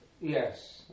Yes